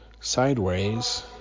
sideways